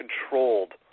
controlled